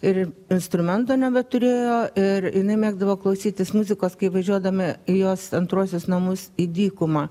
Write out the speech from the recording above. ir instrumento nebeturėjo ir jinai mėgdavo klausytis muzikos kai važiuodami į jos antruosius namus į dykumą